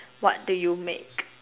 what do you make